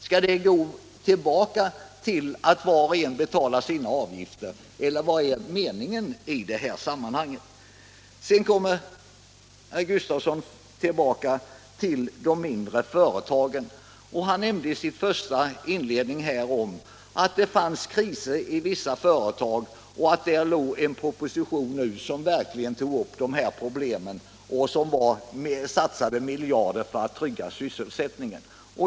Skall det gå tillbaka dithän att var och en betalar sina avgifter, eller vad är meningen? Sedan kommer herr Gustafsson i Säffle tillbaka till frågan om de mindre företagen. Han nämnde i sitt inledningsanförande att det var kriser i vissa företag och att det har lagts fram en proposition nu, där man verkligen tar upp dessa problem och där man satsar miljarder för att trygga sysselsättningen.